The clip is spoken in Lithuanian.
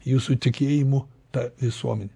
jūsų tikėjimu ta visuomene